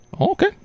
Okay